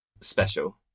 special